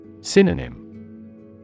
Synonym